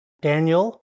Daniel